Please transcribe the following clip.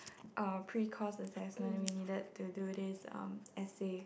uh pre course assessment we needed to do this um essay